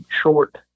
short